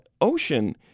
Ocean